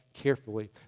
carefully